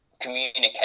communicate